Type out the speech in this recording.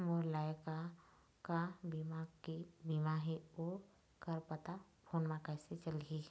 मोर लायक का का बीमा ही ओ कर पता फ़ोन म कइसे चलही?